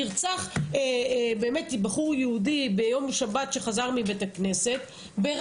נרצח בחור יהודי שחזר מבית הכנסת ביום שבת,